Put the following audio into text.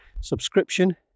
subscription